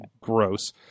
gross